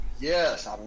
Yes